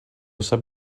sap